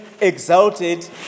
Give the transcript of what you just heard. exalted